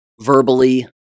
verbally